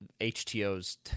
hto's